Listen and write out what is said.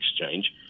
exchange